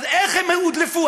אז איך הם הודלפו?